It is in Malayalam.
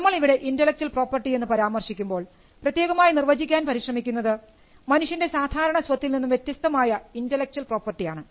നമ്മൾ ഇവിടെ ഇൻൻറലെക്ച്വൽ പ്രോപ്പർട്ടി എന്ന് പരാമർശിക്കുമ്പോൾ പ്രത്യേകമായി നിർവചിക്കാൻ പരിശ്രമിക്കുന്നത് മനുഷ്യൻറെ സാധാരണ സ്വത്തിൽ നിന്നും വ്യത്യസ്തമായ Intellectual property ആണ്